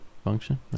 Function